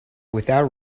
without